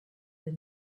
the